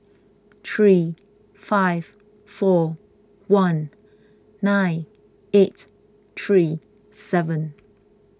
three five four one nine eight three seven